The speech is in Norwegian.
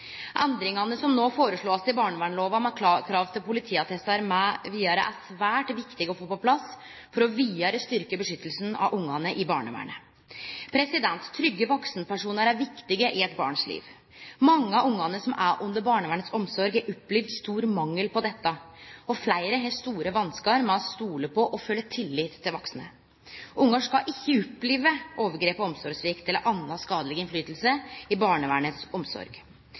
Endringane som no blir foreslått i barnevernslova, om krav til politiattestar mv., er svært viktige å få på plass for vidare å styrkje beskyttelsen av barn i barnevernet. Trygge vaksenpersonar er viktige i eit barns liv. Mange av barna som er under barnevernets omsorg, har opplevd stor mangel på dette, og fleire har store vanskar med å stole på og føle tillit til vaksne. Barn skal ikkje oppleve overgrep og omsorgssvikt eller annan skadeleg innflytelse under barnevernets omsorg.